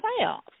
playoffs